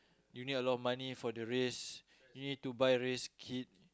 you need a lot of money for the race you need to buy race kit